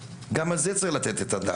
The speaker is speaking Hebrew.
גם על זה צריך לתת את הדעת.